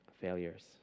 failures